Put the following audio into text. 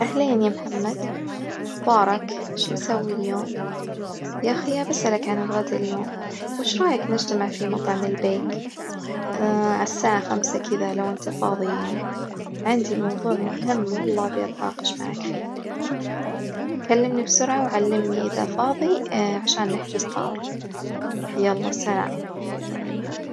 أهلين يا محمد، أخبارك؟ شو تسوي اليوم؟ يا خي بسألك عن الغدا اليوم، وش رأيك نجتمع في مطعم البيك على الساعة خمسة كدة لو انت فاظي عندي موظوع مهم والله أبي أتناقش معك فيه، كلمني بسرعة وعلمني إذا فاضي عشان نحجز طاولة، يلا سلام.